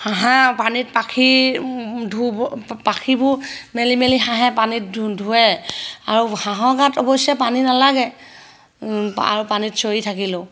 হাঁহ পানীত পাখি ধুব পাখিবোৰ মেলি মেলি হাঁহে পানীত ধু ধুৱে আৰু হাঁহৰ গাত অৱশ্যে পানী নালাগে আৰু পানীত চৰি থাকিলেও